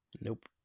Nope